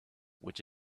which